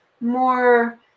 more